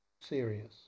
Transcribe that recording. Serious